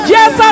Yes